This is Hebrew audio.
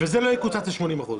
וזה לא יקוצץ ל-80%?